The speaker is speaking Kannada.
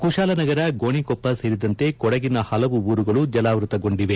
ಕುಶಾಲನಗರ ಗೋಣಿಕೊಪ್ಪ ಸೇರಿದಂತೆ ಕೊಡಗಿನ ಪಲವು ಊರುಗಳು ಜಲಾವೃತ್ತಗೊಂಡಿದೆ